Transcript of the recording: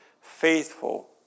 faithful